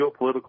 geopolitical